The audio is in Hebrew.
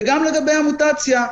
ולגבי המוטציה,